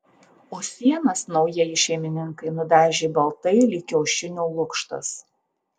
o sienas naujieji šeimininkai nudažė baltai lyg kiaušinio lukštas